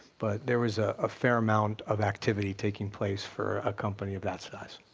but there was ah a fair amount of activity taking place for a company of that size.